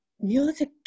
Music